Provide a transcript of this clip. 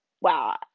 wow